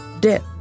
Dip